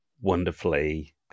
wonderfully